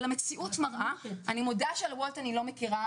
אבל המציאות מראה אני מודה שאני לא מכירה